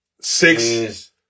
six